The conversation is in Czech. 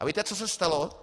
A víte, co se stalo?